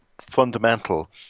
fundamental